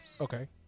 Okay